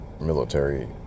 military